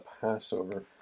Passover